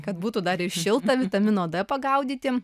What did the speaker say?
kad būtų dar šilta vitamino d pagaudyti